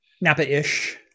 Napa-ish